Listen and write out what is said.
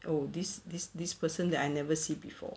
oh this this this person that I never see before